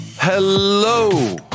Hello